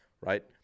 right